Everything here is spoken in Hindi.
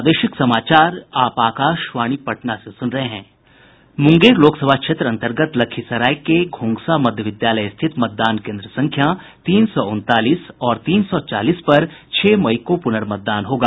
मुंगेर लोकसभा क्षेत्र अंतर्गत लखीसराय के घोंघसा मध्य विद्यालय स्थित मतदान केंद्र संख्या तीन सौ उनतालीस और तीन सौ चालीस पर छह मई को प्रनर्मतदान होगा